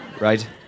right